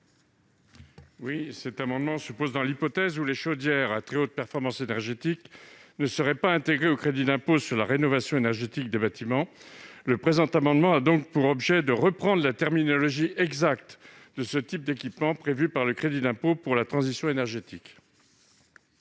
à M. Pierre Cuypers. Dans l'hypothèse où les chaudières à très haute performance énergétique ne seraient pas intégrées au crédit d'impôt sur la rénovation énergétique des bâtiments tertiaires, le présent amendement a pour objet de reprendre la terminologie exacte de ce type d'équipements, prévue pour le crédit d'impôt pour la transition énergétique.